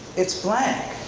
it's blank.